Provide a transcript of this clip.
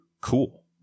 Cool